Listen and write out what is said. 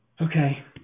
Okay